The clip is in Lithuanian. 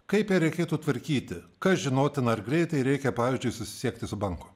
kaip reikėtų tvarkyti kas žinotina ar greitai reikia pavyzdžiui susisiekti su banko